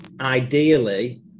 ideally